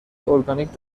اورگانیک